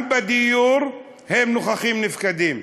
גם בדיור הם נוכחים-נפקדים.